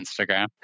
Instagram